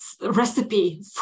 recipe